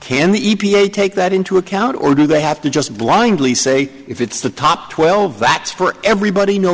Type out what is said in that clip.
can the e p a take that into account or do they have to just blindly say if it's the top twelve that's for everybody no